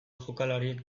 jokalariek